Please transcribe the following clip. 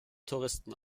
touristen